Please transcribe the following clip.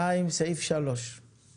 2. אני בעד.